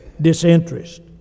disinterest